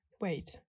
wait